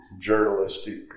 journalistic